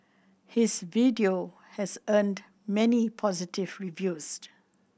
his video has earned many positive reviews